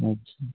अच्छा